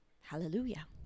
hallelujah